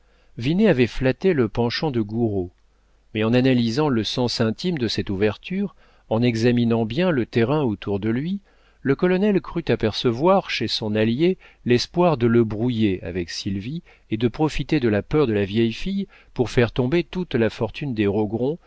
avait flatté le penchant de gouraud mais en analysant le sens intime de cette ouverture en examinant bien le terrain autour de lui le colonel crut apercevoir chez son allié l'espoir de le brouiller avec sylvie et de profiter de la peur de la vieille fille pour faire tomber toute la fortune des rogron